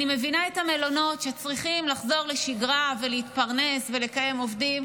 אני מבינה את המלונות שצריכים לחזור לשגרה ולהתפרנס ולקיים עובדים,